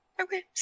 Okay